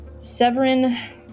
Severin